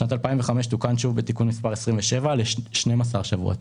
בשנת 2005 זה תוקן שוב בתיקון מס' 27 ל-12 שבועות.